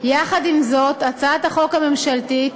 יחד עם זאת, הצעת החוק הממשלתית